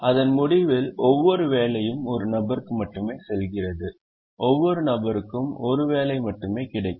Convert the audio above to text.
அதன் முடிவில் ஒவ்வொரு வேலையும் ஒரு நபருக்கு மட்டுமே செல்கிறது ஒவ்வொரு நபருக்கும் ஒரே ஒரு வேலை மட்டுமே கிடைக்கும்